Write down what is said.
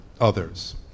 others